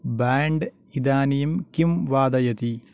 bend इदानीं किं वादयति